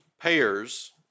payers